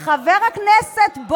גם את חברת כנסת,